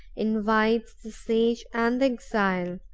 invites the sage and the exile,